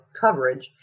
coverage